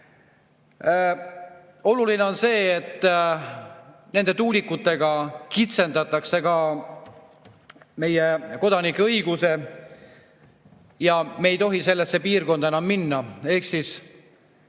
Oluline on see, et nende tuulikutega kitsendatakse ka meie kodanike õigusi. Me ei tohi sellesse piirkonda enam minna ehk siis